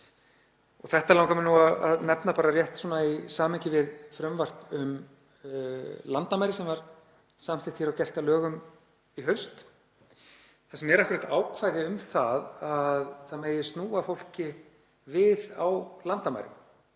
Þetta langar mig að nefna bara rétt svona í samhengi við frumvarp um landamæri sem var samþykkt hér og gert að lögum í haust, þar sem er akkúrat ákvæði um að það megi snúa fólki við á landamærum